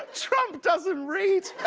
trump doesn't read!